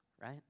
right